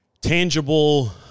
tangible